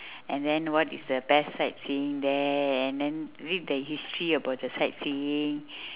and then what is the best sight seeing there and then read the history about the sight seeing